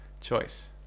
choice